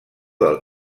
del